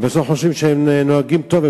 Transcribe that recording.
ובסוף חושבים שהם נוהגים טוב,